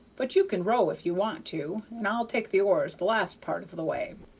but you can row if you want to, and i'll take the oars the last part of the way.